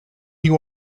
you